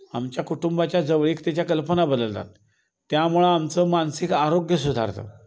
आमच्या कुटुंबाच्या जवळीकतेच्या कल्पना बदलतात त्यामुळं आमचं मानसिक आरोग्य सुधारतं